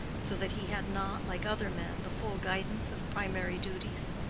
so that he had not, like other men, the full guidance of primary duties?